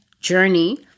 journey